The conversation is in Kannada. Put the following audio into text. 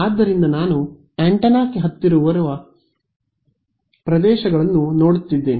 ಆದ್ದರಿಂದ ನಾನು ಆಂಟೆನಾಕ್ಕೆ ಹತ್ತಿರವಿರುವ ಪ್ರದೇಶಗಳನ್ನು ನೋಡುತ್ತಿದ್ದೇನೆ